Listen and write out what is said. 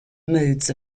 modes